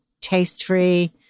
taste-free